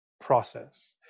process